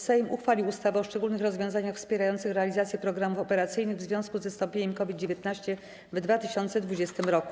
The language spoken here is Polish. Sejm uchwalił ustawę o szczególnych rozwiązaniach wspierających realizację programów operacyjnych w związku z wystąpieniem COVID-19 w 2020 r.